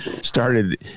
started